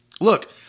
Look